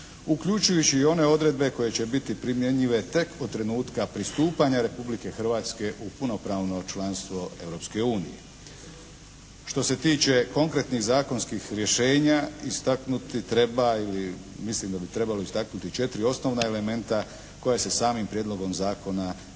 uključujući i one odredbe koje će biti primjenjive tek od trenutka pristupanja Republike Hrvatske u punopravno članstvo Europske unije. Što se tiče konkretnih zakonskih rješenja istaknuti treba ili mislim da bi trebalo istaknuti četiri osnovna elementa koja se samim Prijedlogom zakona i na